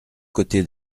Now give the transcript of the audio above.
côtés